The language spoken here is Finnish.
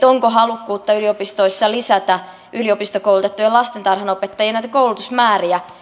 onko halukkuutta yliopistoissa lisätä yliopistokoulutettujen lastentarhanopettajien koulutusmääriä